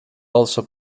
also